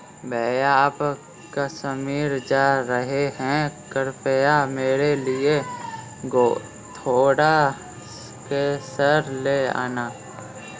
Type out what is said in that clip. भैया आप कश्मीर जा रहे हैं कृपया मेरे लिए थोड़ा केसर ले आना